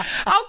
Okay